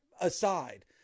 aside